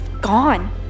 gone